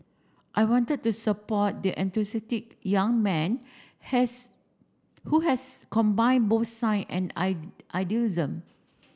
I wanted to support the enthusiastic young man has who has combined both science and I idealism